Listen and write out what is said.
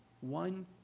One